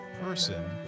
person